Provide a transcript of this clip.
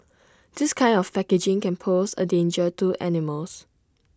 this kind of packaging can pose A danger to animals